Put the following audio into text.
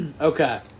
Okay